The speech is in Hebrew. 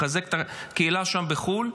לחזק את הקהילה שם בחו"ל,